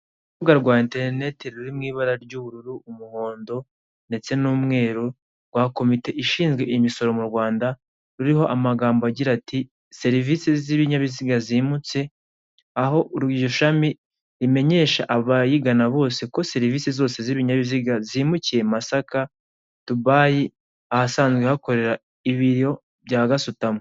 Urubuga rwa eterinete ruri mu ibara ry'ubururu, umuhondo ndetse n'umweru rwa komite ishinzwe imisoro m' U Rwanda ruriho amagambo agira ati; serivise z'ibinyabiza zimutse aho buri shami rimenyesha barigana bose ko serivise zose z'ibinyabiziga zimukiye i masaka, dubayi ahasanzwe hakorera ibiro bya gasutamo.